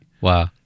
Wow